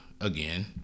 again